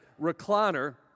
recliner